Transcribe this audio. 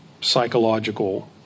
psychological